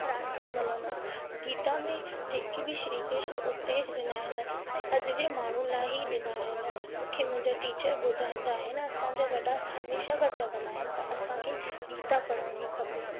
रास्तो मिलंदो गीता में जेके बि श्री कृष्ण उपदेश ॾिना आहिनि त अॼ जे माण्हुनि लाइ ई ॾिना आहिनि मूंखे मुंहिंजो टीचर ॿुधाईंदा आहिनि असांजा वॾा हमेशा खां चवंदा आहिनि त असांखे गीता पढ़िणी खपे